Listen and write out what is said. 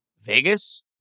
Vegas